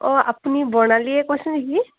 অঁ আপুনি বৰ্ণালীয়ে কৈছে নিকি